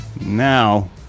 Now